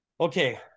Okay